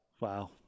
Wow